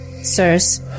Sirs